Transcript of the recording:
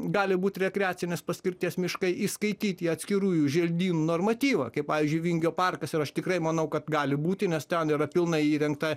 gali būt rekreacinės paskirties miškai įskaityti atskirųjų želdynų normatyvą kaip pavyzdžiui vingio parkas ir aš tikrai manau kad gali būti nes ten yra pilnai įrengtą